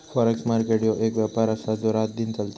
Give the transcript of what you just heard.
forex market ह्यो एक व्यापार आसा जो रातदिन चलता